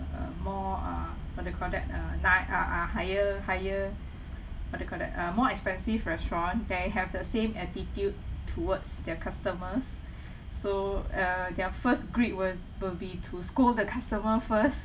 a more uh what you call that uh night uh uh higher higher what you call that uh more expensive restaurant they have the same attitude towards their customers so uh their first greet will will be to scold the customer first